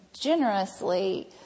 generously